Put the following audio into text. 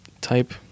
type